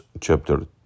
chapter